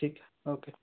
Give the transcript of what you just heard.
ठीकु आहे ओके